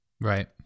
right